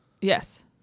Yes